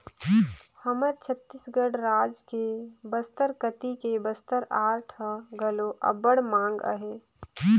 हमर छत्तीसगढ़ राज के बस्तर कती के बस्तर आर्ट ह घलो अब्बड़ मांग अहे